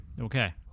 Okay